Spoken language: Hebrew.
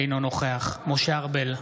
אינו נוכח משה ארבל,